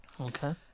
Okay